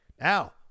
Now